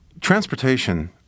Transportation